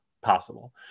possible